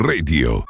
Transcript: Radio